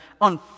on